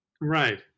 Right